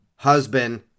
husband